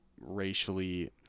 racially